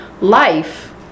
life